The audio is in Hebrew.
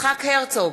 יצחק הרצוג,